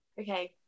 Okay